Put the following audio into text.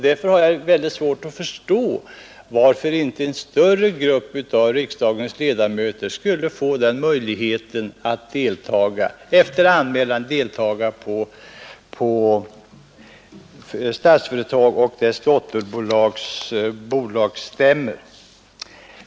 Därför har jag mycket svårt att förstå varför inte en större grupp riksdagsledamöter skulle få samma möjlighet att efter anmälan delta på Statsföretags och dess dotterföretags bolagsstämmor.